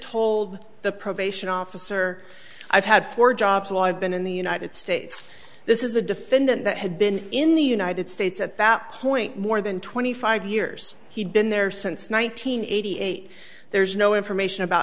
told the probation officer i've had four jobs will have been in the united states this is a defendant that had been in the united states at that point more than twenty five years he'd been there since one thousand nine hundred eighty eight there's no information about